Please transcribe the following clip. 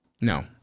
No